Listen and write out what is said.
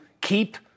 keep